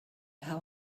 how